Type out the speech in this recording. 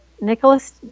Nicholas